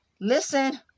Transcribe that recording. Listen